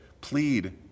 plead